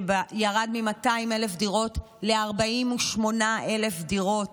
שירד מ-200,000 דירות ל-48,000 דירות,